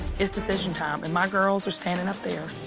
it's decision time, and my girls are standing up there.